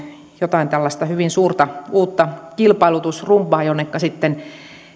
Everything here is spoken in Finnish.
jotain tällaista hyvin suurta uutta kilpailutusrumbaa jossa sitten alalle tulevat kouluttamaan